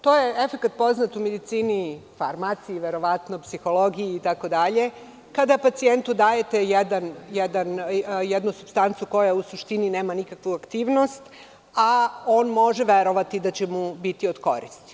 To je efekat poznat u medicini, farmaciji, verovatno psihologiji itd, kada pacijentu dajete jednu supstancu koja u suštini nema nikakvu aktivnost, a on može verovati da će mu biti od koristi.